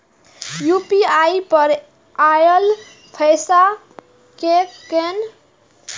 UPI पर आएल पैसा कै कैन?